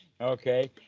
Okay